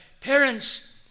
parents